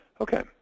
Okay